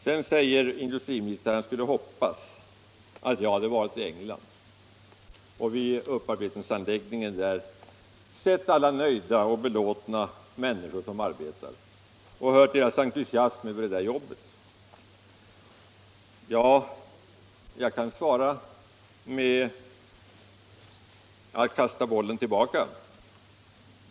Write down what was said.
Sedan säger industriministern att han skulle önskat att jag hade varit med i England och sett alla nöjda och belåtna människor som arbetade vid upparbetningsanläggningen och hört deras entusiasm över jobbet. Jag kan kasta tillbaka den bollen.